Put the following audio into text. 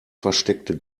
versteckte